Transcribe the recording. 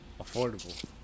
affordable